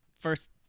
first